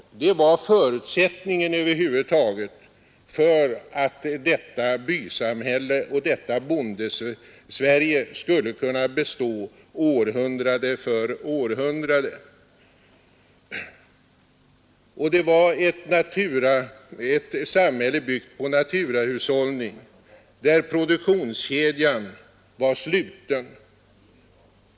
Det var förutsättningen över huvud taget för att detta bysamhälle och detta Bondesverige skulle bestå århundrade efter århundrade. Och det var ett samhälle byggt på naturahushållning, där produktionskedjan var sluten.